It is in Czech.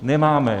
Nemáme.